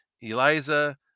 Eliza